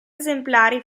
esemplari